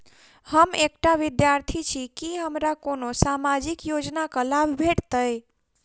हम एकटा विद्यार्थी छी, की हमरा कोनो सामाजिक योजनाक लाभ भेटतय?